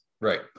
right